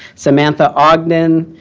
samantha ogden,